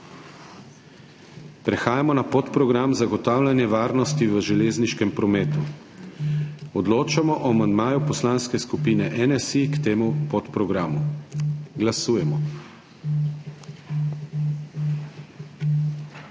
Prehajamo na podprogram Zagotavljanje varnosti v železniškem prometu. Odločamo o amandmaju Poslanske skupine NSi k temu podprogramu. Glasujemo.